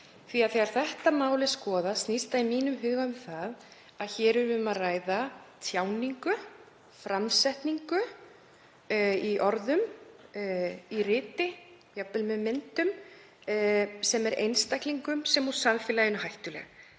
Þegar þetta mál er skoðað snýst það í mínum huga um það að hér er um að ræða tjáningu, framsetningu í orðum, í riti, jafnvel með myndum, sem er einstaklingum og samfélaginu hættuleg,